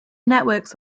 networks